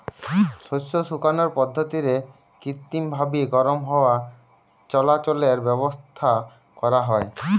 শস্য শুকানার পদ্ধতিরে কৃত্রিমভাবি গরম হাওয়া চলাচলের ব্যাবস্থা করা হয়